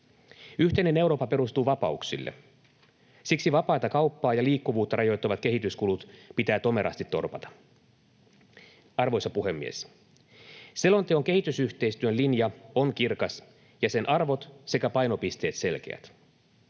Yhteinen Eurooppa perustuu vapauksille. Siksi vapaata kauppaa ja liikkuvuutta rajoittavat kehityskulut pitää tomerasti torpata. Arvoisa puhemies! Selonteon kehitysyhteistyön linja on kirkas, ja sen arvot sekä painopisteet selkeät.